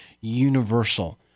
universal